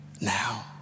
now